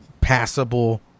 passable